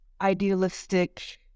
idealistic